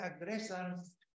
aggressors